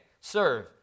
serve